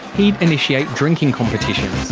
he'd initiate drinking competitions.